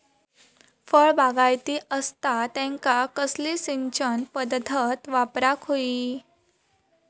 फळबागायती असता त्यांका कसली सिंचन पदधत वापराक होई?